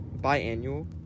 biannual